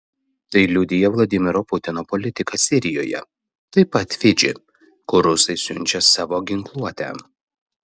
tai liudija vladimiro putino politika sirijoje taip pat fidži kur rusai siunčia savo ginkluotę